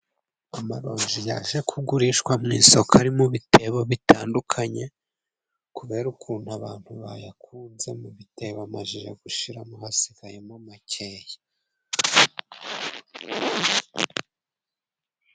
Amaronji yaje kugurishwa mu isoko ari mu bitebo bitandukanye, kubera ukuntu abantu bayakunze, mu bitebo amajije gushiramo hasigayemo makeya.